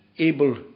able